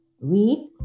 Read